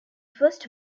first